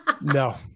No